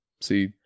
See